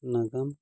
ᱱᱟᱜᱟᱢ